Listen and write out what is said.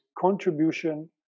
contribution